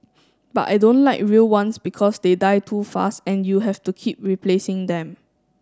but I don't like real ones because they die too fast and you have to keep replacing them